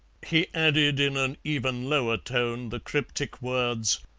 he added in an even lower tone the cryptic words,